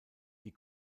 die